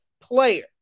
player